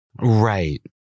Right